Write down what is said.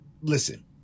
listen